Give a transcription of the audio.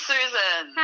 Susan